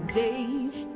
days